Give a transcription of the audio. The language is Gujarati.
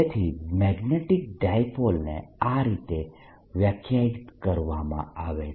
તેથી મેગ્નેટીક ડાયપોલને આ રીતે વ્યાખ્યાયિત કરવામાં આવે છે